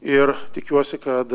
ir tikiuosi kad